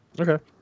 Okay